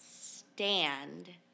stand